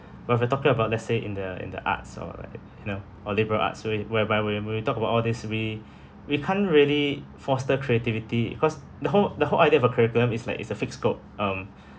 but if you're talking about let's say in the in the arts or like you know or liberal arts way whereby when we talk about all this we we can't really foster creativity because the whole the whole idea for curriculum it's like it's a fixed scope um